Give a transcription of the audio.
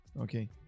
Okay